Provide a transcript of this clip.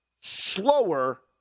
slower